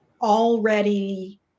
already